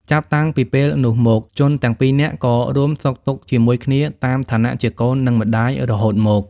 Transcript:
ចាប់តាំងពីពេលនោះមក ជនទាំងពីរនាក់ ក៏រួមសុខទុក្ខជាមួយគ្នាតាមឋានៈជាកូននិងម្ដាយរហូតមក ។